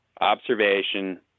observation